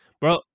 bro